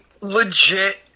legit